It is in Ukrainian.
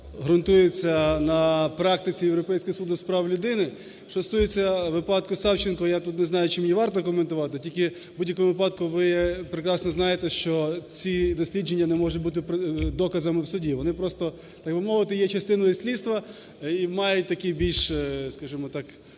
грунтується на практиці Європейського суду з прав людини. Що стосується випадку Савченко, я тут не знаю, чи мені варто коментувати, тільки в будь-якому випадку ви прекрасно знаєте, що ці дослідження не можуть бути доказами в суді. Вони просто, так би мовити, є частиною слідства і мають такий більш, скажімо так,